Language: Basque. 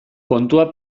kontua